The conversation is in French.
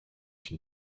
une